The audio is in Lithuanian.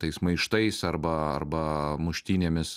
tais maištais arba arba muštynėmis